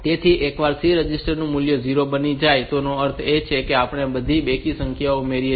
તેથી એકવાર આ C રજિસ્ટર મૂલ્ય 0 બની જાય તો તેનો અર્થ એ છે કે આપણે બધી બેકી સંખ્યાઓ ઉમેરી છે